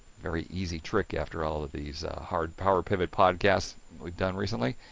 very easy trick after all of these hard powerpivot podcasts we've done recently.